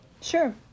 Sure